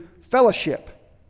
fellowship